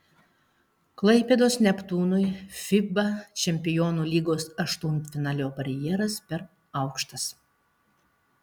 klaipėdos neptūnui fiba čempionų lygos aštuntfinalio barjeras per aukštas